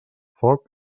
foc